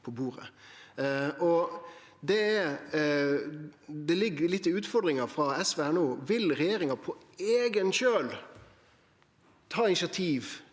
Det ligg litt i utfordringa frå SV no. Vil regjeringa på eigen kjøl ta initiativ